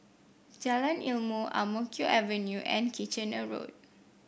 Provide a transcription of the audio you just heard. Jalan Ilmu Ang Mo Kio Avenue and Kitchener Road